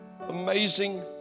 amazing